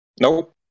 Nope